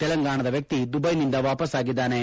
ತೆಲಂಗಾಣದ ವ್ಯಕ್ತಿ ದುಬೈನಿಂದ ವಾಪಸ್ಗಾಗಿದ್ದಾನೆ